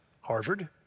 Harvard